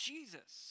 Jesus